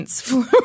flew